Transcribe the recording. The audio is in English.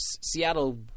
Seattle